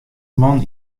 man